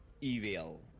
Evil